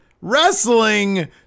Wrestling